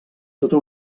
tota